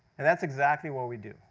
and that's exactly what we do.